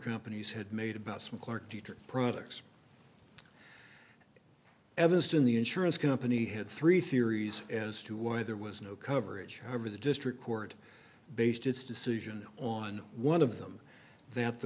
companies had made about some clerk jeter products evanston the insurance company had three theories as to why there was no coverage however the district court based its decision on one of them that the